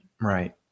Right